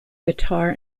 guitar